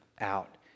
out